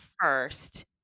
first